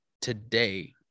today